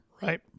Right